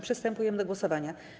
Przystępujemy do głosowania.